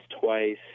twice